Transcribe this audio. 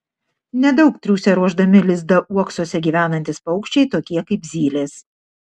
nedaug triūsia ruošdami lizdą uoksuose gyvenantys paukščiai tokie kaip zylės